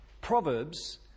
Proverbs